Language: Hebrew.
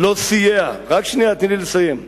רק שנייה, תני לי לסיים.